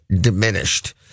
diminished